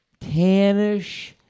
tannish